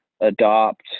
adopt